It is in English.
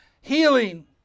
healing